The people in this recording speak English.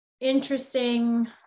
interesting